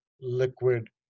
liquid